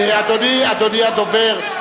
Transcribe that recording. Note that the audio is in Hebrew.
אדוני הדובר,